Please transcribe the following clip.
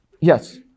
Yes